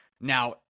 Now